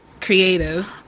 creative